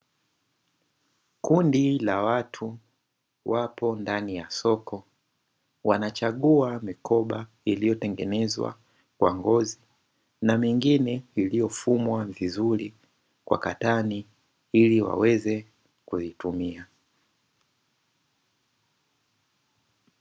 Kundi la watu wapo ndani ya soko, wanachagua mikoba iliyo tengenezwa kwa ngozi na mingine iliyofumwa vizuri kwa katani ili waweze kuitumia.